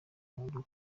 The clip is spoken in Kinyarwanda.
rwo